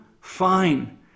fine